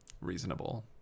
reasonable